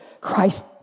Christ